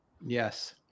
Yes